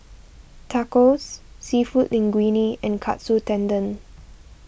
Tacos Seafood Linguine and Katsu Tendon